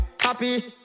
happy